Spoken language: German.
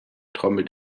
trommelt